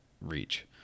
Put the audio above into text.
reach